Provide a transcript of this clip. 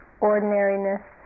ordinariness